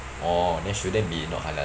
oh then shouldn't be not halal